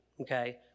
okay